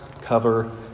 cover